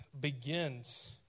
begins